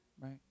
right